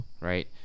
Right